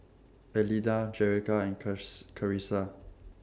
Elida Jerrica and curs Karissa